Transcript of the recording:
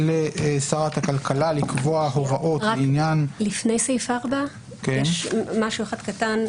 לשרת הכלכלה לקבוע הוראות לעניין --- לפני סעיף 4 יש משהו אחד קטן,